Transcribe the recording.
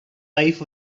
life